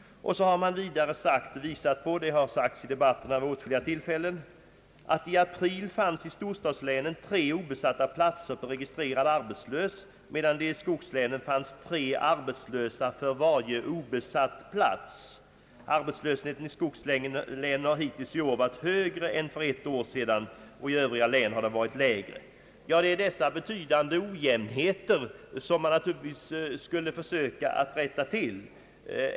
Vidare har det vid åtskilliga tillfällen i debatten sagts att i april fanns i storstadslänen tre obesatta platser på varje registrerad arbetslös, medan det i skogslänen fanns tre arbetslösa för varje obesatt plats. Arbetslösheten i skogslänen har hittills i år varit högre än för ett år sedan, och i övriga län har den varit lägre. Det är dessa betydande ojämnheter som man naturligtvis skulle försöka rätta till.